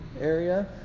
area